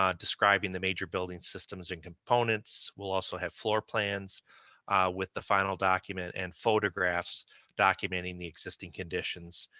um describing the major building systems and components, we'll also have floor plans with the final document and photographs documenting the existing conditions.